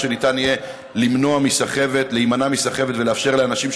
שניתן יהיה להימנע מסחבת ולאפשר לאנשים,